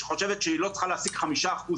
שחושבת שהיא לא צריכה להעסיק חמישה אחוז